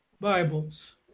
bibles